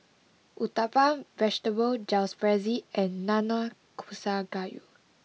Uthapam Vegetable Jalfrezi and Nanakusa Gayu